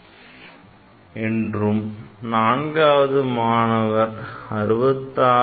666 நான்காவது மாணவன் 66